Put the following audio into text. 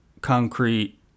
concrete